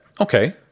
okay